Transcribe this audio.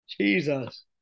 Jesus